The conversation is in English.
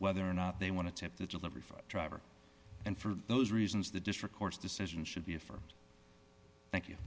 whether or not they want to tip the delivery driver and for those reasons the district court's decision should be a st thank you